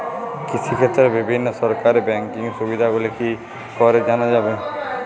কৃষিক্ষেত্রে বিভিন্ন সরকারি ব্যকিং সুবিধাগুলি কি করে জানা যাবে?